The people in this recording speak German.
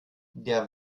der